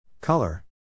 Color